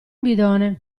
bidone